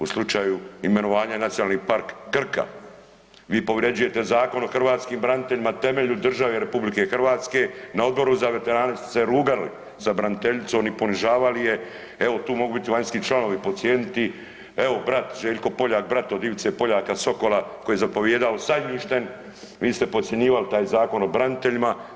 U slučaju imenovanja Nacionalni park Krka, vi povrjeđujete Zakon o hrvatskim braniteljima, temelju države RH, na Odboru za veterane ste se rugali sa braniteljicom i ponižavali je, evo, tu mogu biti vanjski članovi, procijeniti, evo, brat, Željko Poljak, brat od Ivice Poljaka-Sokola, koji je zapovijedao Sajmištem, vi ste podcjenjivali taj Zakon o braniteljima.